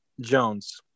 Jones